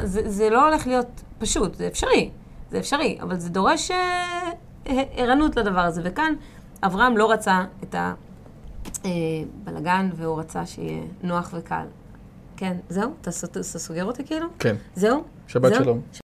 זה לא הולך להיות פשוט, זה אפשרי, זה אפשרי, אבל זה דורש ערנות לדבר הזה. וכאן אברהם לא רצה את הבלאגן והוא רצה שיהיה נוח וקל. כן, זהו? אתה סוגר אותי כאילו? כן. זהו? שבת שלום.